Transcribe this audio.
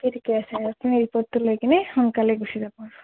বাকী ঠিকে আছে আপুনি ৰিপৰ্টটো লৈ কিনি সোনকালে গুচি যাব